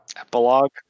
epilogue